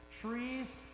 Trees